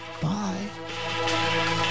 Bye